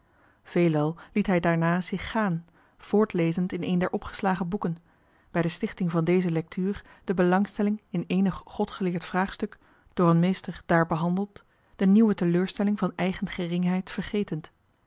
veelal liet hij daarna zich gaan voortlezend in een der opgeslagen boeken bij de stichting van deze lectuur de belangstelling in eenig godgeleerd vraagstuk door een meester daar behandeld de nieuwe teleurstelling van eigen geringheid vergetend